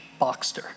Boxster